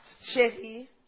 chérie